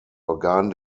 organ